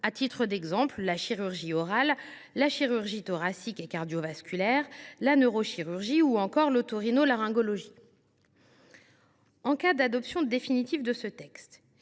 à titre d’exemple, la chirurgie orale, la chirurgie thoracique et cardio vasculaire, la neurochirurgie ou encore l’oto rhino laryngologie. En cas d’adoption définitive de ce texte,